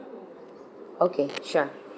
okay sure